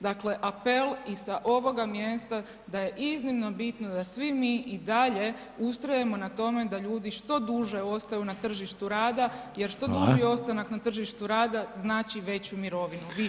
Dakle, apel i sa ovoga mjesta, da je iznimno bitno da svi mi i dalje ustrajemo na tome da ljudi što duže ostaju na tržištu rada [[Upadica: Hvala.]] jer što duži ostanak na tržištu rada, znači veću mirovinu, višu mirovinu.